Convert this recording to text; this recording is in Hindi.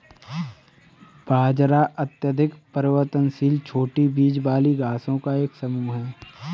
बाजरा अत्यधिक परिवर्तनशील छोटी बीज वाली घासों का एक समूह है